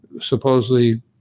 supposedly